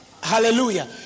Hallelujah